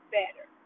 better